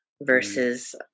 versus